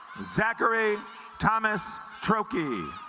zachary thomas trochee